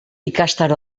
ikastaro